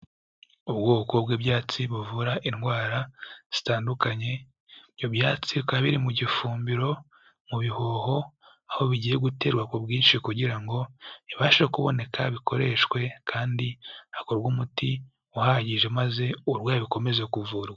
Ubwoko bw'ibyatsi buvura indwara zitandukanye, ibyo byatsi uka biri mu gifumbiro mu bihoho aho bigiye guterwa ku bwinshi kugira ngo bibashe kuboneka, bikoreshwe kandi hakorwe umuti uhagije maze uburwayi bukomeze kuvurwa.